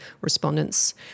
respondents